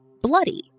bloody